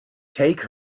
take